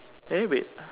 eh wait